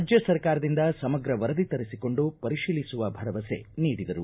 ರಾಜ್ಯ ಸರ್ಕಾರದಿಂದ ಸಮಗ್ರ ವರದಿ ತರಿಸಿಕೊಂಡು ಪರಿಶೀಲಿಸುವ ಭರವಸೆ ನೀಡಿದರು